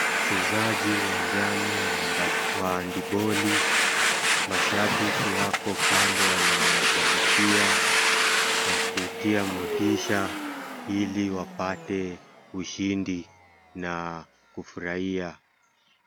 Wachezaji uwanjani wa hand ball mashabiki wako kando wanawashabikia, wa kutia motisha, ili wapate ushindi na kufurahia.